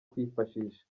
kwifashisha